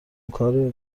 کار